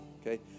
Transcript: Okay